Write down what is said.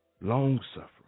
long-suffering